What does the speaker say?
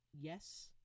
yes